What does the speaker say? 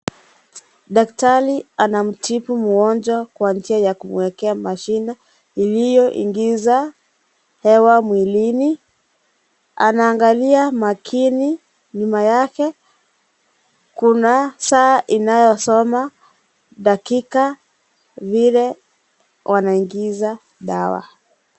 Daktari anamtibu mgonjwa kwa njia ya kumuekea mashine iliyoingiza hewa mwilini. Anaangalia makini nyuma yake kuna saa inayosoma dakika vile wanaingiza dawa.